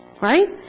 Right